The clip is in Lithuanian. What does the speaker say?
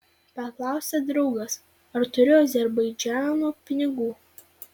paklausė draugas ar turiu azerbaidžano pinigų